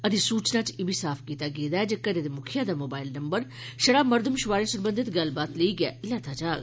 अधिसूचना च इब्बी साफ कीता गेदा ऐ जे घरै दे मुखिया दा मोबाईल नम्बर छड़ा मरदमशुमारी सरबंघत गल्लबात लेई गै लैता जाग